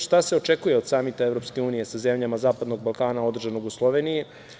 Šta se očekuje od samita EU sa zemljama zapadnog Balkana, održanog u Sloveniji?